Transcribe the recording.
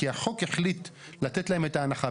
כי החוק החליט לתת להם את ההנחה,